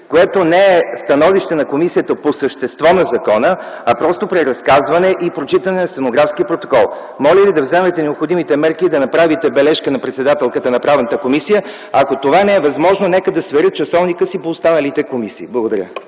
което не е становище на комисията по съществото на закона, а просто преразказване и прочитане на стенографския протокол. Моля Ви да вземете необходимите мерки и да направите бележка на председателката на Правната комисия, ако това не е възможно, нека да сверят часовника си по останалите комисии. Благодаря.